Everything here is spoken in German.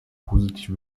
positive